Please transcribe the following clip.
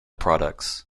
products